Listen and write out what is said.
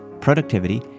productivity